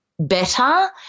better